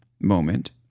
moment